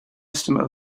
estimate